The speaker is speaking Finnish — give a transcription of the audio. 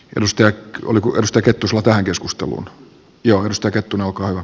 rostel ky oli kurusta kettusuo tai keskustelun herra puhemies